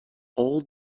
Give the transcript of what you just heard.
all